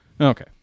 Okay